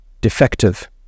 defective